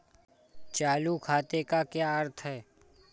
चालू खाते का क्या अर्थ है?